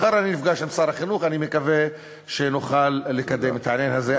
מחר אני נפגש עם שר החינוך ואני מקווה שנוכל לקדם את העניין הזה.